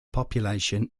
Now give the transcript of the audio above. population